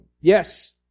Yes